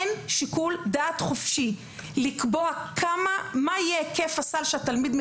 אין שיקול דעת חופשי לקבוע מה יהיה היקף הסל שהתלמיד מקבל.